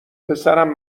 پسرم